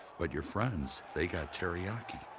but your friends, they got teriyaki.